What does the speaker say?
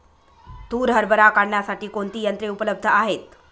तूर हरभरा काढण्यासाठी कोणती यंत्रे उपलब्ध आहेत?